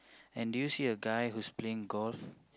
and do you see a guy who's playing golf